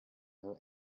her